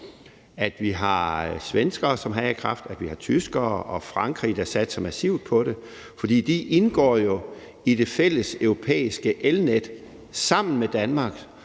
at vi har svenskere, som har a-kraft, og at vi har tyskere og vi har Frankrig, der satser massivt på det. For de indgår jo i det fælles europæiske elnet sammen med Danmark,